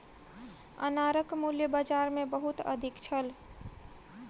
अनारक मूल्य बाजार मे बहुत अधिक छल